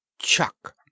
chuck